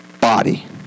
body